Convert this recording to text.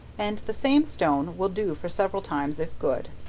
and the same stone will do for several times if good.